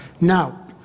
Now